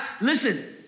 listen